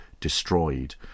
destroyed